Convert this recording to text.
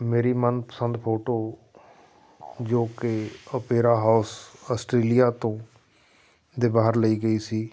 ਮੇਰੀ ਮਨਪਸੰਦ ਫੋਟੋ ਜੋ ਕਿ ਅਪੇਰਾ ਹਾਊਸ ਆਸਟ੍ਰੇਲੀਆ ਤੋਂ ਦੇ ਬਾਹਰ ਲਈ ਗਈ ਸੀ